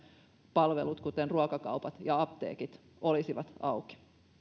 palvelut kuten ruokakaupat ja apteekit olisivat auki